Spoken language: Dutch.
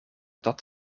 dat